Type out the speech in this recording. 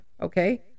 okay